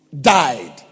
died